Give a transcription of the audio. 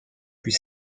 plus